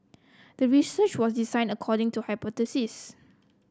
the research was designed according to hypothesis